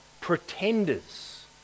pretenders